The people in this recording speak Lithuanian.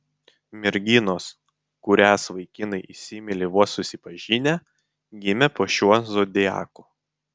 merginos kurias vaikinai įsimyli vos susipažinę gimė po šiuo zodiaku